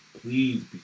Please